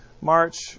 March